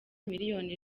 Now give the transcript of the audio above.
miliyoni